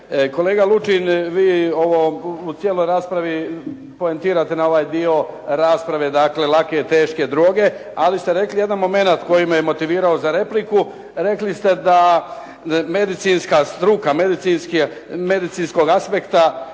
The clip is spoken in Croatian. Kolega Lučin, vi ovo u cijeloj raspravi poentirate na ovaj dio rasprave dakle lake i teške droge, ali ste rekli jedan momenat koji me je motivirao za repliku, rekli ste da medicinska struka, medicinskog aspekta,